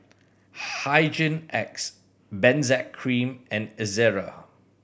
Hygin X Benzac Cream and Ezerra